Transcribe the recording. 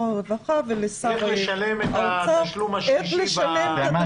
הרווחה ולשר האוצר איך לשלם את התשלום השלישי,